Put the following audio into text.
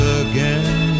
again